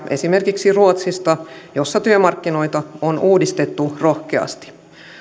esimerkiksi ruotsista jossa työmarkkinoita on uudistettu rohkeasti